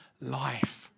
life